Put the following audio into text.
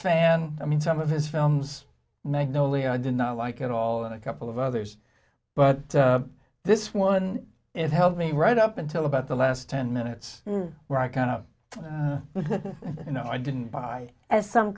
fan i mean some of his films magnolia i did not like at all and a couple of others but this one it helped me right up until about the last ten minutes where i kind of you know i didn't buy as some